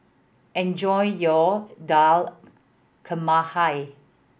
enjoy your Dal Makhani